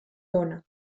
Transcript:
dona